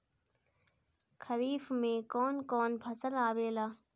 खरीफ में कौन कौन फसल आवेला?